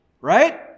right